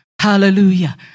Hallelujah